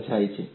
પર જાય છે